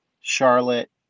Charlotte